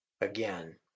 Again